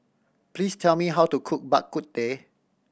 please tell me how to cook Bak Kut Teh